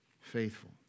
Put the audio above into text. faithful